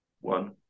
one